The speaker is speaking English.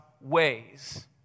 ways